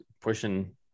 pushing